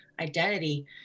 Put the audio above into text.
identity